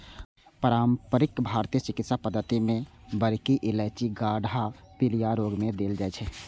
पारंपरिक भारतीय चिकित्सा पद्धति मे बड़की इलायचीक काढ़ा पीलिया रोग मे देल जाइ छै